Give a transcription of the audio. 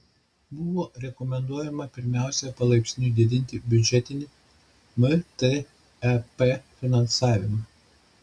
buvo rekomenduojama pirmiausia palaipsniui didinti biudžetinį mtep finansavimą